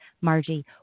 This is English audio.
Margie